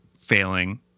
failing